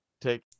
Take